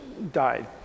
Died